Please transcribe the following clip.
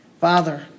Father